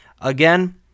again